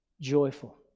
joyful